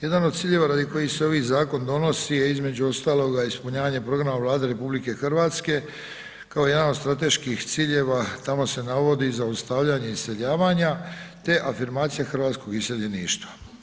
jedan od ciljeva radi kojih se ovaj zakon donosi ne između ostaloga ispunjavanja programa Vlade RH kao jedan od strateških ciljeva, tamo se navodi zaustavljanje iseljavanja te afirmacija hrvatskog iseljeništva.